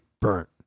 burnt